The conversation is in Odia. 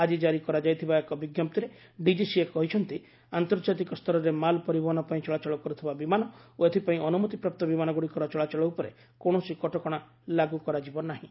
ଆଜି ଜାରି କରାଯାଇଥିବା ଏକ ବିଞ୍ଜପ୍ତିରେ ଡିଜିସିଏ କହିଛନ୍ତି ଆନ୍ତର୍ଜାତିକ ସ୍ତରରେ ମାଲ ପରିବହନ ପାଇଁ ଚଳାଚଳ କରୁଥିବା ବିମାନ ଓ ଏଥିପାଇଁ ଅନୁମତିପ୍ରାପ୍ତ ବିମାନଗୁଡ଼ିକର ଚଳାଚଳ ଉପରେ କୌଣସି କଟକଣା ଲାଗୁ କରାଯିବ ନାହିଁ